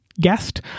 guest